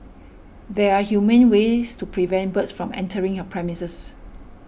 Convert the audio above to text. there are humane ways to prevent birds from entering your premises